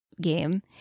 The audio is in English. game